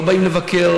לא באים לבקר,